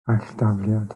alldafliad